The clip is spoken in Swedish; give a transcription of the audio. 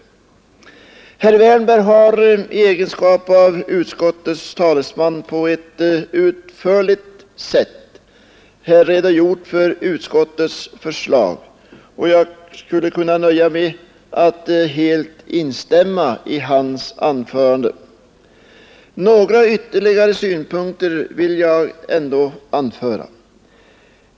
Herr Wärnberg har i egenskap av utskottets talesman på ett utförligt sätt redogjort för utskottets förslag, och jag skulle kunna nöja mig med att helt instämma i hans anförande. Några ytterligare synpunkter vill jag ändå anföra.